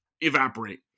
evaporate